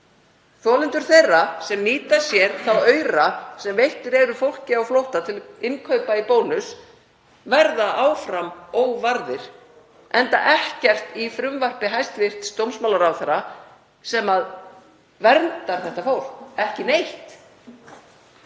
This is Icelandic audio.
Þolendur þeirra sem nýta sér þá aura sem veittir eru fólki á flótta til innkaupa í Bónus verða áfram óvarðir, enda ekkert í frumvarpi hæstv. dómsmálaráðherra sem verndar þetta fólk — ekki neitt.